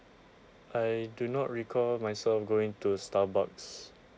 I do not recall myself going to starbucks